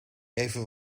even